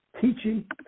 teaching